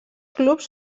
clubs